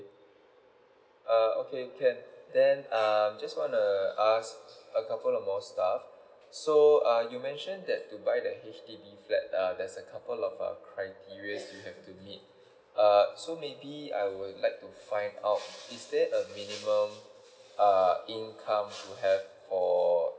uh okay can then um just want to ask a couple more stuff so uh you mentioned that to buy the H_D_B flat uh there's a couple of a criteria you have to meet uh so maybe I would like to find out is there a minimum uh income to have for